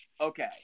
Okay